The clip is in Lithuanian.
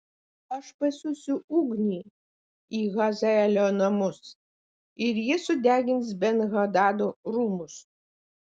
aš pasiųsiu ugnį į hazaelio namus ir ji sudegins ben hadado rūmus